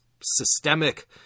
systemic